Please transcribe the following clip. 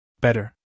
Better